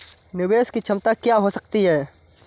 निवेश की क्षमता क्या हो सकती है?